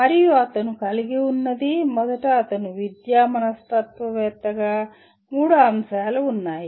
మరియు అతను కలిగి ఉన్నది మొదట అతను విద్యా మనస్తత్వవేత్తగా మూడు అంశాలు ఉన్నాయి